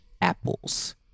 apples